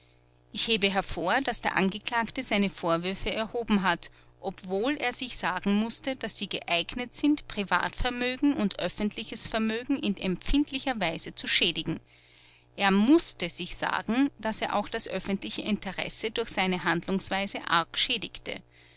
ich hebe hervor daß der angeklagte seine vorwürfe erhoben hat obwohl er sich sagen mußte daß sie geeignet sind privatvermögen gen und öffentliches vermögen in empfindlicher weise zu schädigen er mußte sich sagen daß er auch das öffentliche interesse durch seine handlungsweise arg schädigte